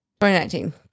2019